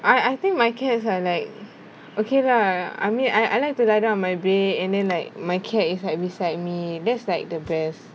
I I think my cats are like okay lah I mean I I like to lie down on my bed and then like my cat is like beside me that's like the best